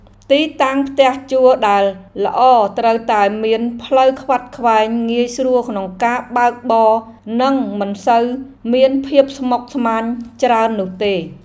ទីតាំងផ្ទះជួលដែលល្អត្រូវតែមានផ្លូវខ្វាត់ខ្វែងងាយស្រួលក្នុងការបើកបរនិងមិនសូវមានភាពស្មុគស្មាញច្រើននោះទេ។